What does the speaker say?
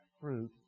fruit